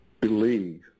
believe